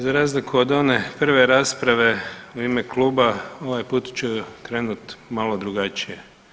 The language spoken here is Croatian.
Za razliku od one prve rasprave u ime kluba, ovaj put ću krenuti malo drugačije.